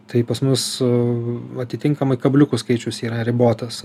tai pas mus atitinkamai kabliukų skaičius yra ribotas